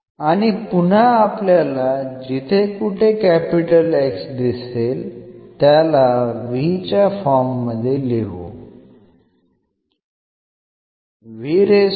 आणि पुन्हा आपल्याला जिथे कुठे X दिसेल त्याला v च्या फॉर्म मध्ये लिहू